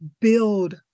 build